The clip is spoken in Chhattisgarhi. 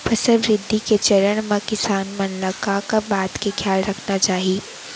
फसल वृद्धि के चरण म किसान मन ला का का बात के खयाल रखना चाही?